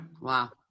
Wow